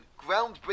groundbreaking